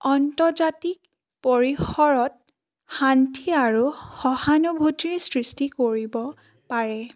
অন্তৰ্জাতিক পৰিসৰত শান্তি আৰু সহানুভূতিৰ সৃষ্টি কৰিব পাৰে